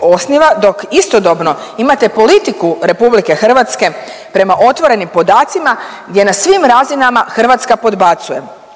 osniva dok istodobno imate politiku RH prema otvornim podacima gdje na svim razinama Hrvatska podbacuje